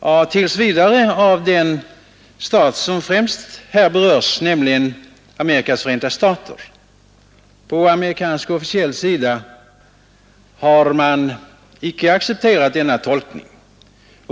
på officiellt håll inte av den stat som främst här berörs, nämligen Amerikas förenta stater.